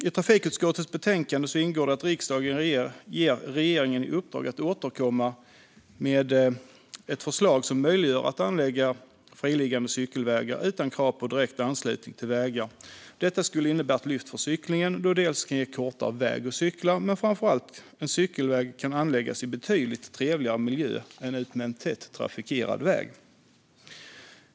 I trafikutskottets betänkande ingår att riksdagen ger regeringen i uppdrag att återkomma med ett förslag som gör det möjligt att anlägga friliggande cykelvägar utan krav på direkt anslutning till vägar. Detta skulle innebära ett lyft för cyklingen då det kan ge kortare väg att cykla men framför allt göra att cykelvägar kan anläggas i en betydligt trevligare miljö än utmed en tätt trafikerad väg.